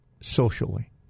socially